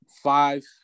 Five